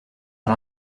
par